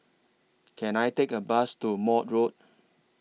Can I Take A Bus to Maude Road